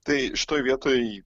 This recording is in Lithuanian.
tai šitoj vietoj